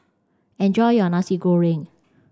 enjoy your Nasi Goreng